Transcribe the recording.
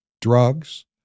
drugs